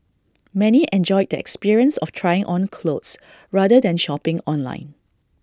many enjoyed the experience of trying on clothes rather than shopping online